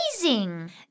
amazing